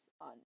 on